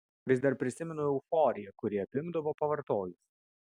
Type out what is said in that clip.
vis dar prisimenu euforiją kuri apimdavo pavartojus